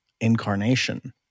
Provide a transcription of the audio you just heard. Incarnation